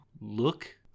look